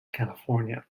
california